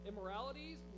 immoralities